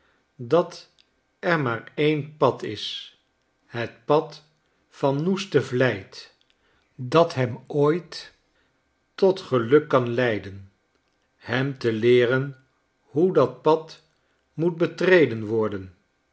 dat er maar een pad is het pad van noeste vlijt dat hem ooit tot geluk kan leiden hem te leeren hoe dat pad moet betreden worden